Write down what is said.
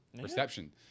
reception